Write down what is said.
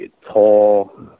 tall